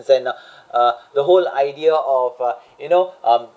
and uh uh the whole idea of uh you know um